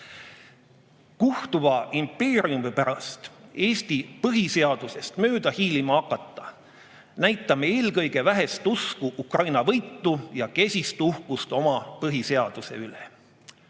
Kuhtuva impeeriumi pärast Eesti põhiseadusest mööda hiilima hakates näitame eelkõige vähest usku Ukraina võitu ja kesist uhkust oma põhiseaduse üle.